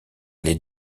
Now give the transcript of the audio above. les